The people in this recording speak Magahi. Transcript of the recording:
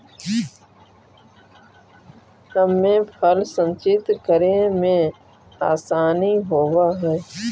इमे फल संचित करे में आसानी होवऽ हई